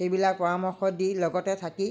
সেইবিলাক পৰামৰ্শ দি লগতে থাকি